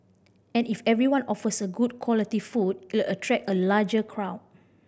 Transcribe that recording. and if everyone offers good quality food it'll attract a larger crowd